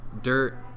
dirt